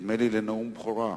נדמה לי לנאום בכורה.